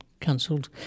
cancelled